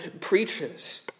preaches